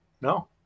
No